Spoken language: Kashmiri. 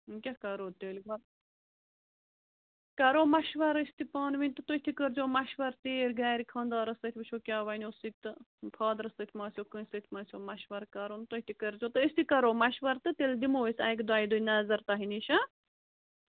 وۄنۍ کیٛاہ کَرو تیٚلہِ کَرو مَشوَر أسۍ تہِ پانہٕ ؤنۍ تہٕ تُہۍ تہِ کٔرۍ زیو مَشوَر ژیٖرۍ گَرِ خانٛدارَس سۭتۍ وٕچھو کیٛاہ وَنیو سُہ تہٕ فادرَس سۭتۍ مَہ آسیو کٲنٛسہِ سۭتۍ مہٕ آسیو مَشوَر کَرُن تُہۍ تہِ کٔرۍ زیو تہٕ أسۍ تہِ کَرو مَشوَر تہٕ تیٚلہِ دِمو أسۍ اَکہِ دۄیہِ دُے نظر تۄہہِ نِش ہَہ